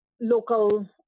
local